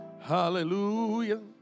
Hallelujah